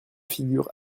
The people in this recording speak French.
figure